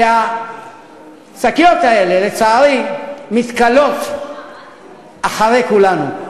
כי השקיות האלה, לצערי, מתכלות אחרי כולנו.